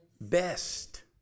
Best